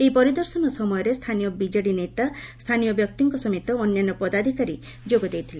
ଏହି ପରିଦର୍ଶନ ସମୟରେ ସ୍ତାନୀୟ ବିଜେଡି ନେତା ସ୍ତାନୀୟ ବ୍ୟକ୍ତିଙ୍କ ସମେତ ଅନ୍ୟାନ୍ୟ ପଦାଧ୍କାଳୀ ଯୋଗ ଦେଇଥିଲେ